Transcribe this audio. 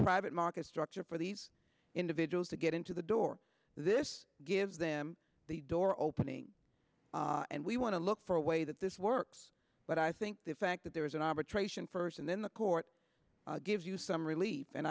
private market structure for these individuals to get into the door this gives them the door opening and we want to look for a way that this works but i think the fact that there is an arbitration first and then the court gives you some relief and